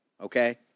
okay